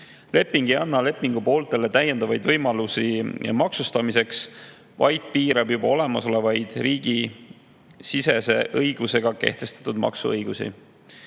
Leping ei anna lepingupooltele täiendavaid võimalusi maksustamiseks, vaid piirab juba olemasolevaid riigisisese õigusega kehtestatud maksuõigusi.